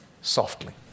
softly